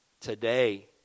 today